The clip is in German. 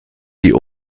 die